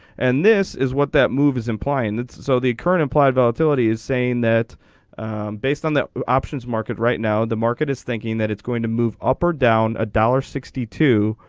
and this is what that move is implying that so the current implied volatility's saying that based on that. options market right now the market is thinking that it's going to move up or down a dollar sixty two.